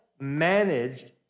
Managed